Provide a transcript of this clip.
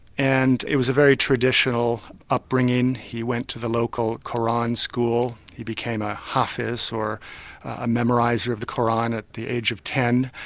and it was a very traditional upbringing. he went to the local qur'an school, he became a hafiz or a memoriser of the qur'an at the age of ten,